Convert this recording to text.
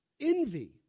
Envy